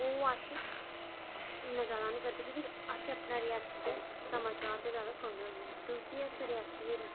but oh अस इन्ने जैदा निं करदे क्योंंकि असें अपने रियासी दे समाचार गै सुनने होन्ने आं क्योंकि अस रियासी दे